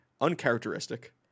uncharacteristic